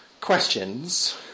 questions